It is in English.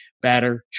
batter